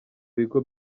bigo